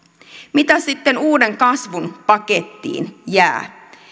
mitä sitten uuden kasvun pakettiin jää